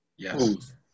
Yes